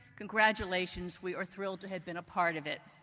congratulations. we are thrilled to have been a part of it.